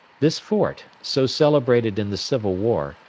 this fort, so celebrated in the civil war,